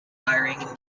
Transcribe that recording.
hiring